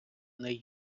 неї